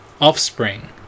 offspring